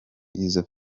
izo